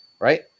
right